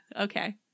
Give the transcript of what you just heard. Okay